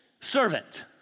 servant